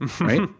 Right